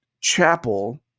chapel